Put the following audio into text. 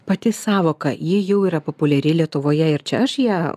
pati sąvoka ji jau yra populiari lietuvoje ir čia aš ją